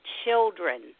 children